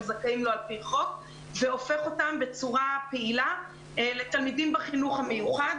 זכאים לפי חוק והופך אותם בצורה פעילה לילדים בחינוך המיוחד.